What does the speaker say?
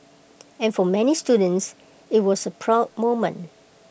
and for many students IT was A proud moment